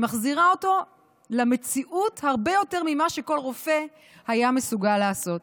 היא מחזירה אותו למציאות הרבה יותר ממה שכל רופא היה מסוגל לעשות.